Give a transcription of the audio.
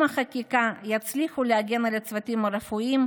החקיקה יצליחו להגן על הצוותים הרפואיים,